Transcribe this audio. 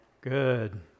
good